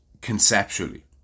conceptually